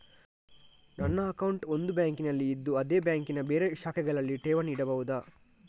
ನನ್ನ ಅಕೌಂಟ್ ಒಂದು ಬ್ಯಾಂಕಿನಲ್ಲಿ ಇದ್ದು ಅದೇ ಬ್ಯಾಂಕಿನ ಬೇರೆ ಶಾಖೆಗಳಲ್ಲಿ ಠೇವಣಿ ಇಡಬಹುದಾ?